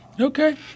Okay